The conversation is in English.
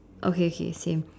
okay kay same